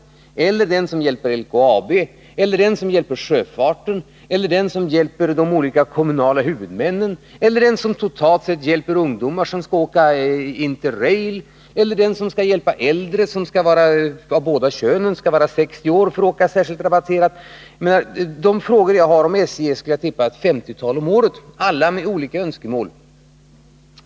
Ibland blir SJ den som hjälper LKAB eller den som hjälper sjöfarten eller den som hjälper de olika kommunala huvudmännen eller den som totalt sett hjälper ungdomar som skall åka på Inter-Rail-kort eller den som skall hjälpa äldre — de skall vara av båda könen och fyllda 60 år — att åka rabatterat. Jag tippar att jag har ett 50-tal frågor om året rörande SJ — i samtliga fall är det olika önskemål.